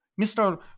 Mr